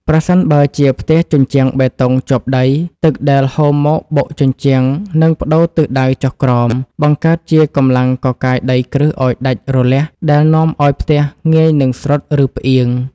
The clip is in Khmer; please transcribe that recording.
ប្រសិនបើជាផ្ទះជញ្ជាំងបេតុងជាប់ដី ទឹកដែលហូរមកបុកជញ្ជាំងនឹងប្តូរទិសដៅចុះក្រោម បង្កើតជាកម្លាំងកកាយដីគ្រឹះឱ្យដាច់រលះ ដែលនាំឱ្យផ្ទះងាយនឹងស្រុត ឬផ្អៀង។